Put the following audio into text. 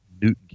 Newton